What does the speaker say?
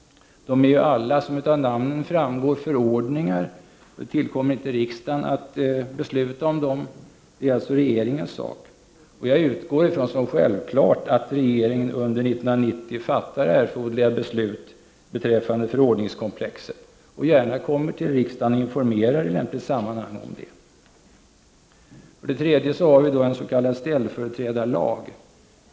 De är alla, som framgår av namnet, förordningar. Det tillkommer inte riksdagen att besluta om dem, det är alltså regeringens sak. Jag utgår från som självklart att regeringen under 1990 fattar erforderliga beslut beträffande förordningskomplexet och gärna kommer till riksdagen och informerar om det i lämpligt sammanhang. För det tredje har vi en s.k. ställföreträdarlag.